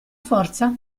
forza